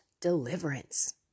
deliverance